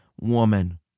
woman